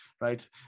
right